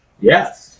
Yes